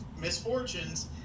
misfortunes